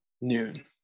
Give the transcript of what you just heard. noon